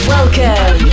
Welcome